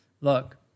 look